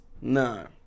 No